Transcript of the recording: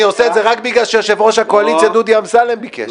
אני עושה את זה רק משום שיושב-ראש הקואליציה דודי אמסלם ביקש,